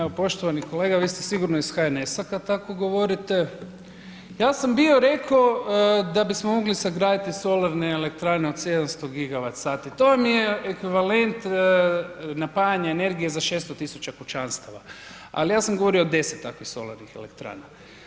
Evo poštovani kolega, vi ste sigurno iz HNS-a kad tako govorite, ja sam bio rekao da bismo mogli sagraditi solarne elektrane od 700 gigavat sati, to vam je ekvivalent napajanje energije za 6000 kućanstava ali ja sam govorio o 10 takvih solarnih elektrana.